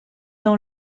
par